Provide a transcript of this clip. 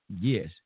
yes